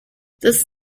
this